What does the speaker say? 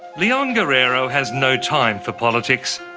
leon guerrero has no time for politics.